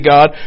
God